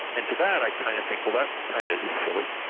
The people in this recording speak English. and to that i kind of think well that kind of is silly.